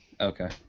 Okay